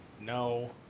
no